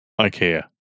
Ikea